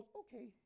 okay